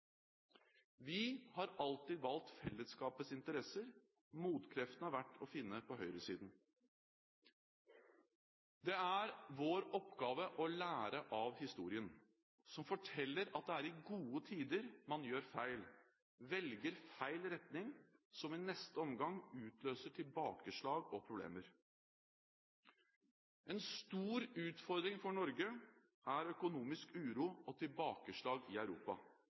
Vi har alltid valgt fellesskapets interesser. Motkreftene har vært å finne på høyresiden. Det er vår oppgave å lære av historien – som forteller at det er i gode tider man gjør feil, velger feil retning, som i neste omgang utløser tilbakeslag og problemer. En stor utfordring for Norge er økonomisk uro og tilbakeslag i Europa.